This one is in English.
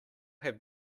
have